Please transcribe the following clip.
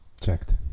Checked